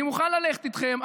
אני מוכן ללכת איתכם,